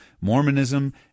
mormonism